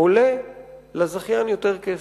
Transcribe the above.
עולה לזכיין יותר כסף.